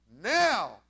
Now